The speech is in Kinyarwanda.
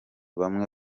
bamwe